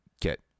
get